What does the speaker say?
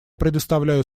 предоставляю